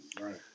Right